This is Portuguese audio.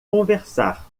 conversar